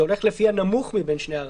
זה הולך לפי הנמוך מבין שני הערכים.